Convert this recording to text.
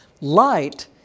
Light